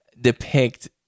depict